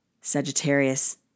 Sagittarius